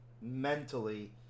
mentally